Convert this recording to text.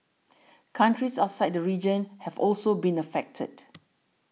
countries outside the region have also been affected